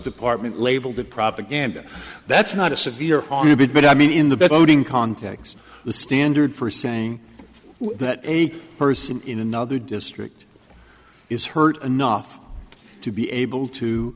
department labeled it propaganda that's not a severe on a bit but i mean in the boating context the standard for saying that a person in another district is hurt enough to be able to